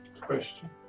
Question